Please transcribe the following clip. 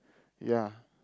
ya